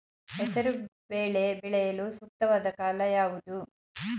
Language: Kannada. ಹೆಸರು ಬೇಳೆ ಬೆಳೆಯಲು ಸೂಕ್ತವಾದ ಕಾಲ ಯಾವುದು?